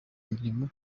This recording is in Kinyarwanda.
imirimo